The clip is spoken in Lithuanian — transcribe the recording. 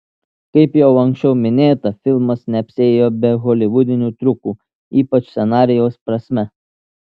kaip jau anksčiau minėta filmas neapsiėjo be holivudinių triukų ypač scenarijaus prasme